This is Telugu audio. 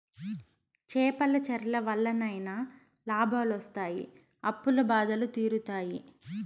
చేపల చెర్ల వల్లనైనా లాభాలొస్తి అప్పుల బాధలు తీరుతాయి